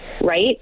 right